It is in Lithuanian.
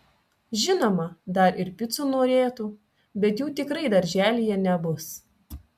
žinoma dar ir picų norėtų bet jų tikrai darželyje nebus